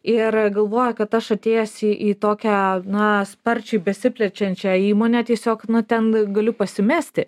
ir galvoja kad aš atėjęs į į tokią na sparčiai besiplečiančią įmonę tiesiog nu ten galiu pasimesti